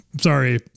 Sorry